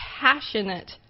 passionate